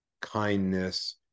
kindness